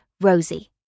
Rosie